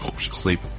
Sleep